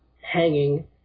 hanging